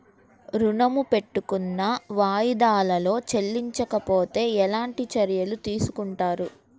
ఋణము పెట్టుకున్న వాయిదాలలో చెల్లించకపోతే ఎలాంటి చర్యలు తీసుకుంటారు?